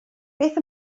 beth